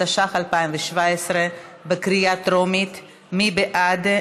התשע"ח 2017. מי בעד?